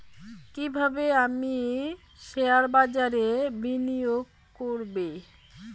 কিভাবে আমি শেয়ারবাজারে বিনিয়োগ করবে?